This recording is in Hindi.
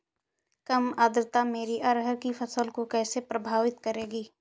कम आर्द्रता मेरी अरहर की फसल को कैसे प्रभावित करेगी?